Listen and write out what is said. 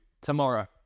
tomorrow